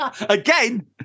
Again